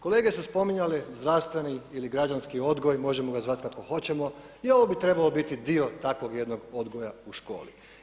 Kolege su spominjali zdravstveni ili građanski odgoj, možemo ga zvati kako hoćemo i ovo bi trebao biti dio takvog jednog odgoja u školi.